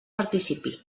participi